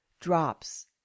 drops